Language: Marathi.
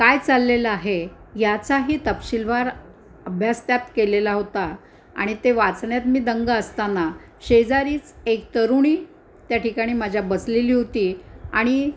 काय चाललेलं आहे याचाही तपशीलवार अभ्यास त्यात केलेला होता आणि ते वाचण्यातत मी दंग असताना शेजारीच एक तरुणी त्या ठिकाणी माझ्या बसलेली होती आणि